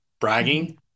bragging